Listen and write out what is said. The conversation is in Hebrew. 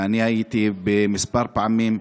ואני הייתי כמה פעמים,